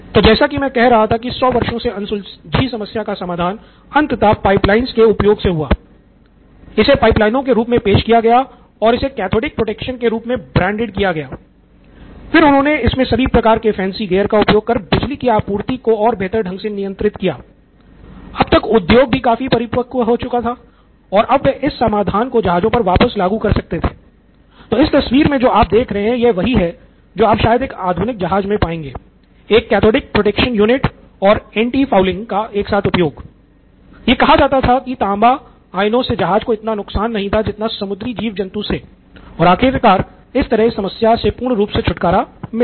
तो जैसा कि मैं कह रहा था कि सौ से जहाज को इतना नुकसान नहीं था जितना समुद्री जीवन जन्तु से और आखिरकार इस तरह इस समस्या से पूर्ण रूप से छुटकारा मिल गया